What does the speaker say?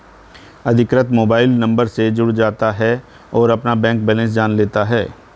अधिकृत mobile number से जुड़ जाता है और अपना बैंक बेलेंस जान लेता है